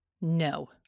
No